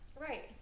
Right